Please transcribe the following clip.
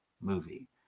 movie